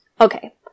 Okay